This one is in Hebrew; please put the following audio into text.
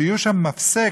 שיהיה שם מפסק,